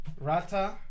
Rata